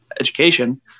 education